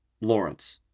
Lawrence